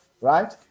right